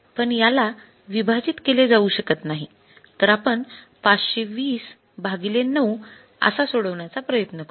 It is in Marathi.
पण याला विभाजित केले जाऊ शकत नाही तर आपण ५२० भागिले ९ असा सोडवण्याचा प्रयत्न करू